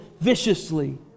viciously